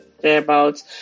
thereabouts